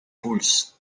puls